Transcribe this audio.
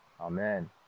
Amen